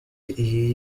iyi